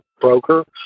broker